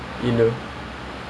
oh